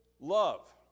love